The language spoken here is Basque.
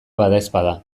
badaezpada